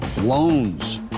Loans